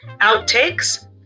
outtakes